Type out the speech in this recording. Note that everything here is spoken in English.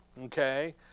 Okay